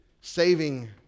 saving